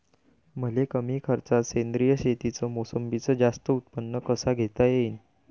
मले कमी खर्चात सेंद्रीय शेतीत मोसंबीचं जास्त उत्पन्न कस घेता येईन?